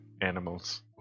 animals